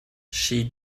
she